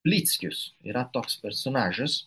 plickius yra toks personažas